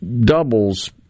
doubles